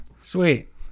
Sweet